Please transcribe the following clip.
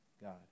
God